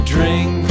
Drink